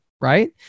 Right